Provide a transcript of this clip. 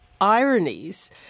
ironies